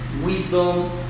wisdom